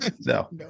No